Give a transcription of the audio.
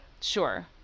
Sure